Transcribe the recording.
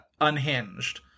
Unhinged